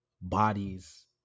bodies